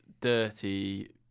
dirty